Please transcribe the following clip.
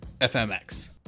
FMX